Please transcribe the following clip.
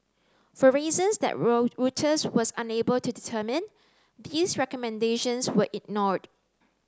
for reasons that roll Reuters was unable to determine these recommendations were ignored